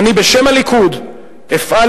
ואני בשם הליכוד אפעל